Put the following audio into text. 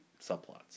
subplots